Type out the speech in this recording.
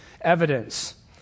evidence